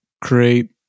create